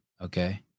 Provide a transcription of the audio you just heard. okay